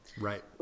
right